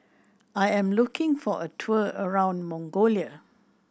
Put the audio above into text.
I am looking for a tour around Mongolia